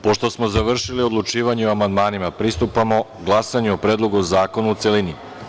Pošto smo završili odlučivanje o amandmanima, pristupamo glasanju o Predlogu zakona u celini.